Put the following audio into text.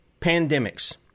pandemics